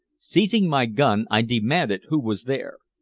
seizing my gun, i demanded who was there.